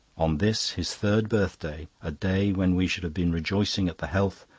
on this, his third birthday, a day when we should have been rejoicing at the health,